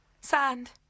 Sand